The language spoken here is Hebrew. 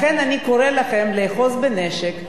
לכן אני קורא לכם לאחוז בנשק.